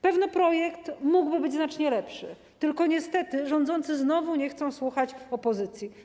Pewno projekt mógłby być znacznie lepszy, tylko niestety rządzący znowu nie chcą słuchać opozycji.